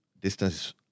distance